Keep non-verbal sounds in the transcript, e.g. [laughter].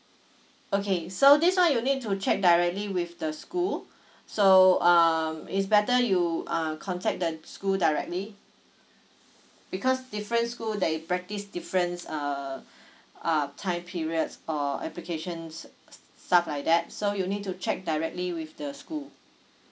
okay so this one you need to check directly with the school [breath] so um it's better you uh contact the school directly because different school that it practice difference uh [breath] uh time periods or applications s~ stuff like that so you need to check directly with the school